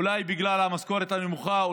אולי בגלל המשכורת הנמוכה,